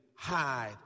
Hide